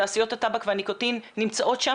תעשיות הטבק והניקוטין נמצאות שם